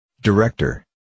Director